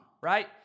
right